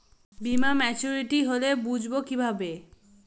বীমা মাচুরিটি হলে বুঝবো কিভাবে?